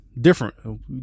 different